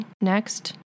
next